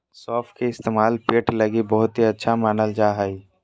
सौंफ के इस्तेमाल पेट लगी बहुते अच्छा मानल जा हय